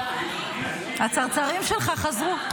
--- הצרצרים שלך חזרו.